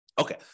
Okay